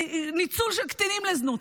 ניצול של קטינים לזנות,